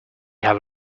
have